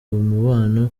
mubano